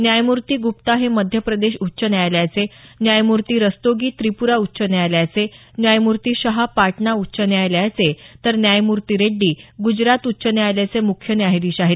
न्यायमूर्ती गुप्ता हे मध्य प्रदेश उच्च न्यायालयाचे न्यायमूर्ती रस्तोगी त्रिपुरा उच्च न्यायालयाचे न्यायमूर्ती शहा पाटणा उच्च न्यायालयाचे तर न्यायमूर्ती रेड्डी ग्जरात उच्च न्यायालयाचे मुख्य न्यायाधीश आहेत